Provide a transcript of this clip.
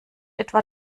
etwa